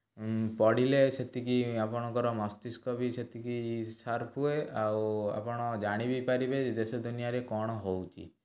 ଉଁ ପଢ଼ିଲେ ସେତିକି ଆପଣଙ୍କର ମସ୍ତିସ୍କ ବି ସେତିକି ସାର୍ପ ହୁଏ ଆଉ ଆପଣ ଜାଣିବି ପାରିବେ ଦେଶ ଦୁନିଆରେ କଣ ହେଉଛି